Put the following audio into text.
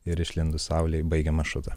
ir išlindus saulei baigiam maršrutą